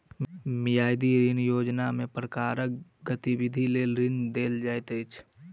मियादी ऋण योजनामे केँ प्रकारक गतिविधि लेल ऋण देल जाइत अछि